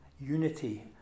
unity